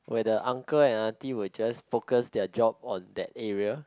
when the uncle and auntie will just focus their job on that area